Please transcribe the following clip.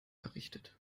errichtet